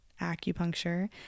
acupuncture